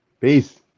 Peace